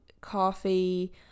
coffee